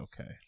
okay